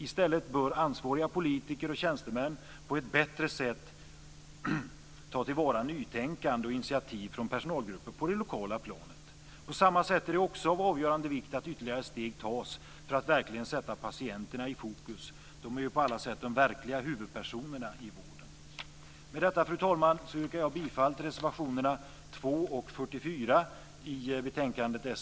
I stället bör ansvariga politiker och tjänstemän på ett bättre sätt ta till vara nytänkande och initiativ från personalgrupper på det lokala planet. På samma sätt är det också av avgörande vikt att ytterligare steg tas för att verkligen sätta patienterna i fokus. De är ju på alla sätt de verkliga huvudpersonerna i vården. Med detta, fru talman, yrkar jag bifall till reservationerna 2 och 44 i betänkandet SoU9.